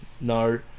no